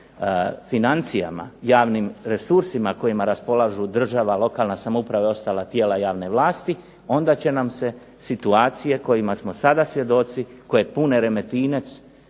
financijama, javnim resursima kojima raspolažu država, lokalna samouprava i ostala tijela javne vlasti onda će nam se situacije kojih smo sada svjedoci, koje pune Remetinec